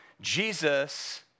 Jesus